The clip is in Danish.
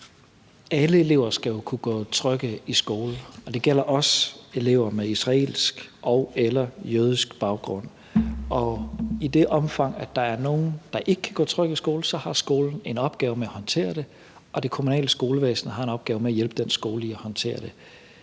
Alle elever skal jo kunne gå trygge i skole, og det gælder også elever med israelsk og/eller jødisk baggrund. I det omfang, at der er nogle, der ikke kan gå trygge i skole, har skolen en opgave med at håndtere det, og det kommunale skolevæsen har en opgave med at hjælpe den skole med at håndtere det.